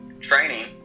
training